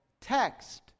text